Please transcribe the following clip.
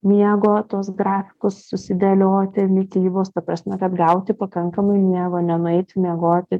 miego tuos grafikus susidėlioti mitybos ta prasme kad gauti pakankamai miego nenueiti miegoti